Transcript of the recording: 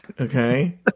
okay